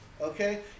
Okay